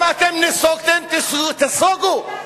אם אתם נסוגותם, תיסוגו.